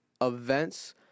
events